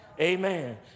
Amen